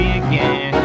again